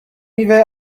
میوه